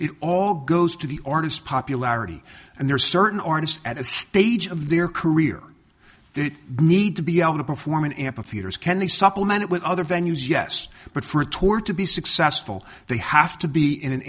it all goes to the artists popularity and there are certain artists at a stage of their career they need to be able to perform and ampitheater is can they supplement it with other venues yes but for tour to be successful they have to be in an